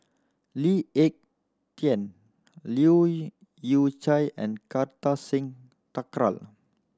Lee Ek Tieng Leu Yew Chye and Kartar Singh Thakral